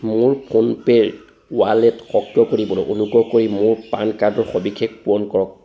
মোৰ ফোনপে'ৰ ৱালেট সক্ৰিয় কৰিবলৈ অনুগ্ৰহ কৰি মোৰ পান কাৰ্ডৰ সবিশেষ পূৰণ কৰক